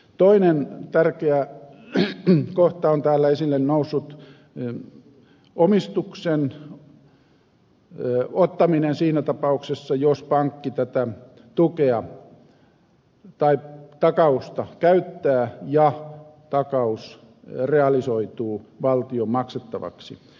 toinen tärkeä kohta on täällä esille noussut omistuksen ottaminen siinä tapauksessa että pankki tätä takausta käyttää ja takaus realisoituu valtion maksettavaksi